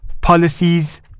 policies